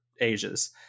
ages